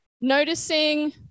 noticing